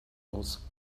aus